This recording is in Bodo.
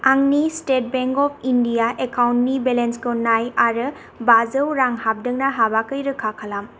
आंनि स्टेट बेंक अफ इण्डिया एकाउन्टनि बेलेन्सखौ नाय आरो बाजौ रां हाबदों ना हाबाखै रोखा खालाम